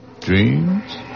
dreams